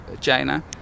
China